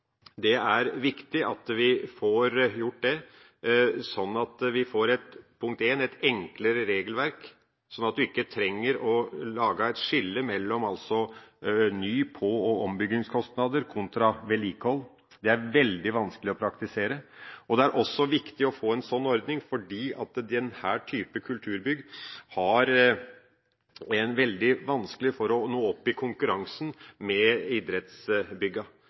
det er viktig at vi får det til, slik at vi får et enklere regelverk, og slik at man ikke trenger å lage et skille mellom ny-, på- og ombyggingskostnader kontra vedlikehold – det er veldig vanskelig å praktisere. Det er også viktig å få en slik ordning fordi den type kulturbygg har veldig vanskelig for å nå opp i konkurransen med